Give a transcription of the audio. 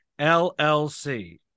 LLC